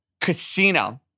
Casino